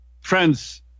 friends